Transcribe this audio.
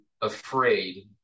afraid